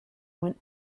went